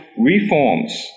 reforms